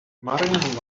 marine